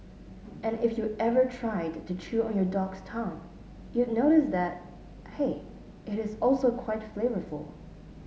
and if you ever tried to chew on your dog's tongue you'd notice that hey it is also quite flavourful